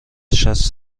شصت